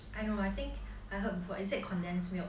I know I think I heard before is it condensed milk